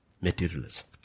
materialism